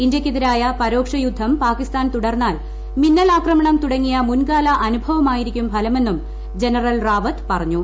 ഇന്ത്യയ്ക്കെതിരായ പരോക്ഷയുദ്ധം പാകിസ്ഥാൻ തുടർന്നാൽ മിന്നൽ ആക്രമണം തുടങ്ങിയ മുൻകാല അനുഭവമായിരിക്കും ഫലമെന്നും ജനറൽ റാവത്ത് പറഞ്ഞു